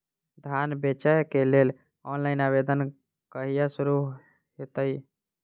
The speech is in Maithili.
धान बेचै केँ लेल ऑनलाइन आवेदन कहिया शुरू हेतइ?